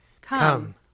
Come